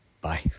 bye